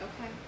Okay